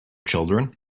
children